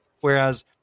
whereas